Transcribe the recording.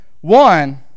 One